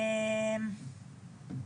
תראי,